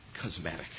cosmetic